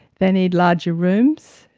they need larger rooms,